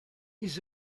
his